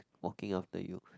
walking after you